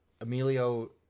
Emilio